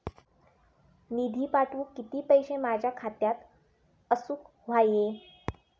निधी पाठवुक किती पैशे माझ्या खात्यात असुक व्हाये?